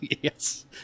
Yes